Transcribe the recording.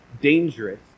dangerous